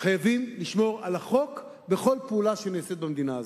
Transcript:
חייבים לשמור על החוק בכל פעולה שנעשית במדינה הזאת.